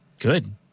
Good